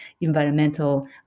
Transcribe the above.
environmental